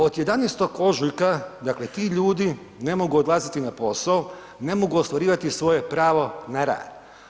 Od 11. ožujka, dakle ti ljudi ne mogu odlaziti na posao, ne mogu ostvarivati svoje pravo na rad.